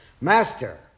master